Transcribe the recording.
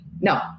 No